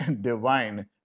divine